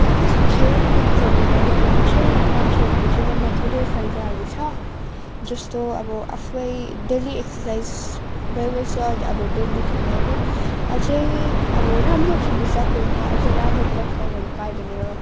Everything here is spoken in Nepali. खेलकुदहरू गर्यो भने चाहिँ मान्छेहरूको जीवनमा धेरै फाइदाहरू छ जस्तो अब आफै डेली एक्सर्साइज भइबस्छ अब डेली खेल्नेहरू अझै अब राम्रो खेल्नु सक्यो भने अझ राम्रो प्लाटफर्महरू पायो भने